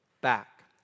back